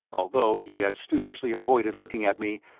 although he had studiously avoided looking at me,